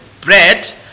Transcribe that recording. Bread